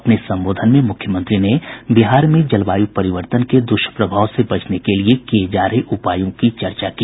अपने संबोधन में मुख्यमंत्री ने बिहार में जलवायू परिवर्तन के दुष्प्रभाव से बचने के लिए किये जा रहे उपायों की चर्चा की